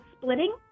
Splitting